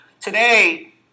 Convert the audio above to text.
Today